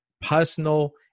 personal